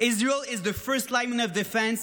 Israel is the first line of defense,